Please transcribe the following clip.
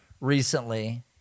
recently